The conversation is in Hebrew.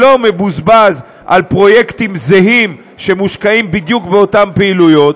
על פרויקטים זהים שמושקעים בדיוק באותם פעילויות,